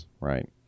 Right